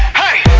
hey